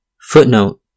Footnote